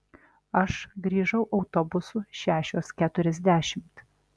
aš grįžau autobusu šešios keturiasdešimt